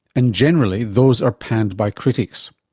and generally those are panned by critics.